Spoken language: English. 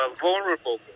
vulnerable